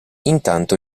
intanto